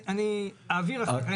אני אעביר לכם.